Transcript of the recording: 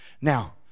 Now